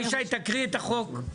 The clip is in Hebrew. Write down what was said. ישי, תקריא את החוק.